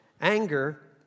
anger